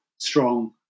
Strong